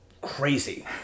crazy